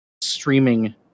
streaming